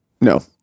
No